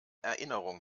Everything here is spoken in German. erinnerung